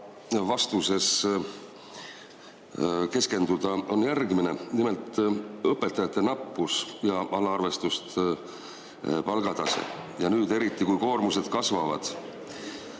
vastuses keskenduda, on järgmine. Nimelt, õpetajate nappus ja alla arvestust olev palgatase – eriti nüüd, kui koormused kasvavad.